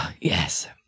Yes